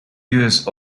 years